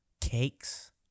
cakes